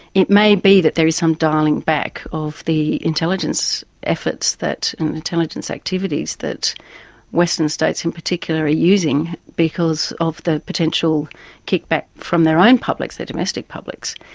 it may be that there is some dialling-back of the intelligence efforts and intelligence activities that western states in particular are using because of the potential kickback from their own publics, their domestic publics.